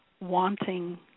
wanting